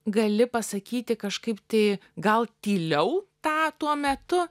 gali pasakyti kažkaip tai gal tyliau tą tuo metu